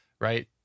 right